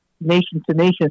Nation-to-nation